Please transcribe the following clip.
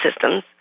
systems